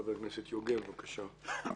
חבר הכנסת יוגב, בבקשה.